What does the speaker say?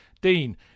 Dean